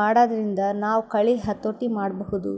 ಮಾಡಾದ್ರಿಂದ ನಾವ್ ಕಳಿ ಹತೋಟಿ ಮಾಡಬಹುದ್